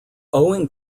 owing